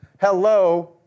hello